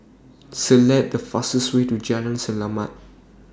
Select The fastest Way to Jalan Selamat